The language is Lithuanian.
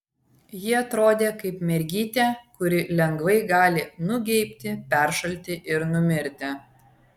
ji atrodė kaip mergytė kuri lengvai gali nugeibti peršalti ir numirti